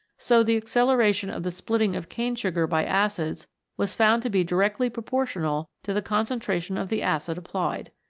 so the acceleration of the splitting of cane sugar by acids was found to be directly proportional to the concentration of the acid applied.